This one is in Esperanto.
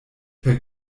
per